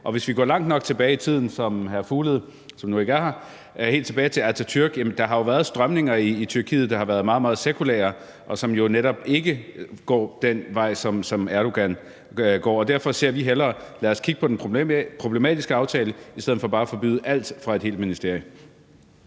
Og hvis vi går langt nok tilbage i tiden, som hr. Mads Fuglede – som nu ikke er her – gjorde, altså helt tilbage til Atatürk, kan vi jo se, at der har været strømninger i Tyrkiet, der har været meget, meget sekulære, og som jo netop ikke går den vej, som Erdogan går. Derfor siger vi hellere: Lad os kigge på den problematiske aftale i stedet for bare at forbyde alt fra et helt ministerie.